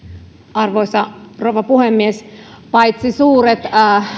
arvoisa rouva puhemies paitsi suuret